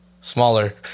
smaller